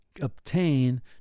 obtain